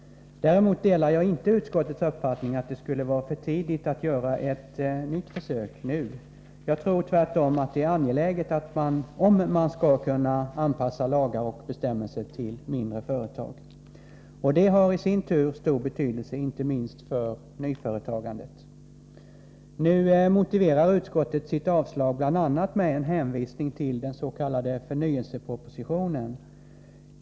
Däremot delar jag inte utskottets uppfattning att det skulle vara för tidigt att göra ett nytt försök nu. Jag tror tvärtom att det är angeläget om man skall kunna anpassa lagar och bestämmelser till mindre företag, och detta har i sin tur stor betydelse inte minst för nyföretagandet. Utskottet motiverar sitt avslag bl.a. med en hänvisning till den s.k. förnyelsepropositionen.